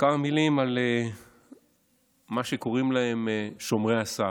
כמה מילים על מי שקוראים להם שומרי הסף.